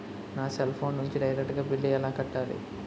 నా cell phone నుంచి direct గా బిల్లు ఎలా కట్టాలి?